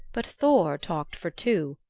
but thor talked for two,